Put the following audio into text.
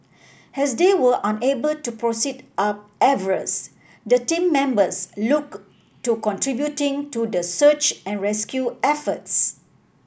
as they were unable to proceed up Everest the team members looked to contributing to the search and rescue efforts